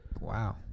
Wow